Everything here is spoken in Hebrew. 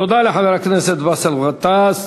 תודה רבה לחבר הכנסת באסל גטאס.